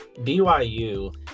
BYU